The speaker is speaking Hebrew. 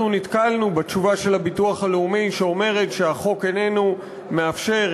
אנחנו נתקלנו בתשובה של הביטוח הלאומי שאומרת שהחוק איננו מאפשר,